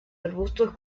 arbustos